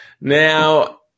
Now